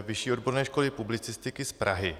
Vyšší odborné školy publicistiky z Prahy.